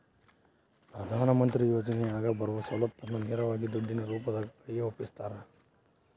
ಪ್ರಧಾನ ಮಂತ್ರಿ ಯೋಜನೆಯಾಗ ಬರುವ ಸೌಲತ್ತನ್ನ ನೇರವಾಗಿ ದುಡ್ಡಿನ ರೂಪದಾಗ ಕೈಗೆ ಒಪ್ಪಿಸ್ತಾರ?